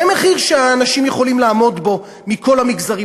זה מחיר שאנשים יכולים לעמוד בו, מכל המגזרים.